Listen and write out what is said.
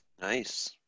Nice